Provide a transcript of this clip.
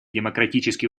демократические